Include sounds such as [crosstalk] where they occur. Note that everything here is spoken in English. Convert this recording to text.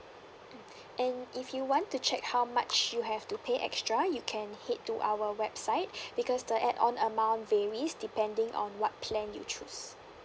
and if you want to check how much you have to pay extra you can hit to our website [breath] because the add on amount varies depending on what plan you choose